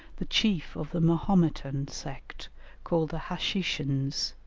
the chief of the mahometan sect called the hashishins,